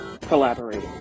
collaborating